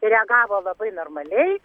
ir ją gavo labai normaliai